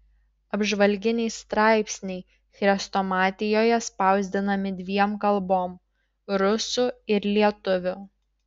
apžvalginiai straipsniai chrestomatijoje spausdinami dviem kalbom rusų ir lietuvių